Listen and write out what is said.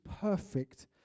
perfect